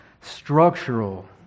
structural